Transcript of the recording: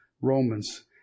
Romans